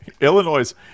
Illinois